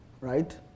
right